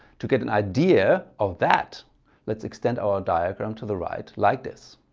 to get an idea of that let's extend our diagram to the right like this.